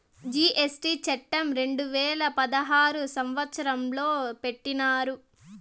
GST చట్టం రెండు వేల పదహారు సంవత్సరంలో పెట్టినారు